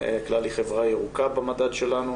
כלל היא חברה ירוקה במדד שלנו.